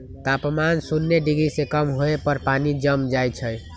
तापमान शुन्य डिग्री से कम होय पर पानी जम जाइ छइ